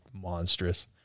monstrous